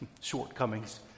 shortcomings